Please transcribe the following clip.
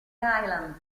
island